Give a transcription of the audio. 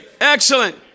Excellent